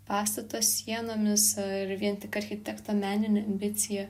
pastato sienomis ir vien tik architekto menine ambicija